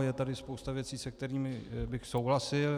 Je tady spousta věcí, se kterými bych souhlasil.